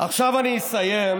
עכשיו אני אסיים.